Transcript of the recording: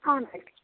ಹಾಂ